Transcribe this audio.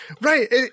right